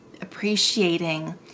appreciating